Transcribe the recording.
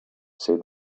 said